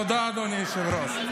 תודה, אדוני היושב-ראש.